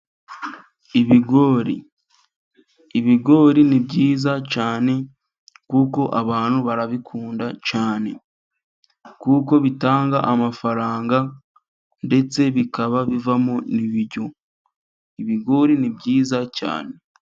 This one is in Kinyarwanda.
Ibigori. Ibigori ni byiza cyane, kuko abantu barabikunda cyane, kuko bitanga amafaranga ndetse bikaba bivamo n'ibiryo. Ibiigori ni byiza cyane.